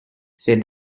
said